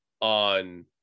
on